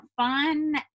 fun